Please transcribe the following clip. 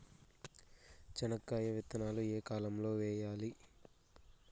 చెనక్కాయ విత్తనాలు ఏ కాలం లో వేయాలి?